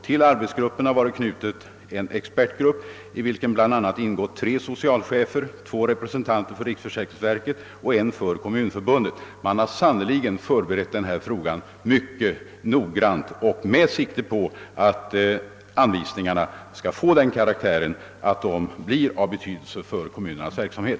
Till arbetsgruppen har en expertgrupp varit knuten, i vilken bl.a. ingått tre socialchefer, två representanter för riksförsäkringsverket och en representant för Kommunförbundet. Man har sannerligen förberett denna fråga mycket noga och gjort det med sikte på att anvisningarna skall få den karaktären att de blir av betydelse för kommunernas verksamhet.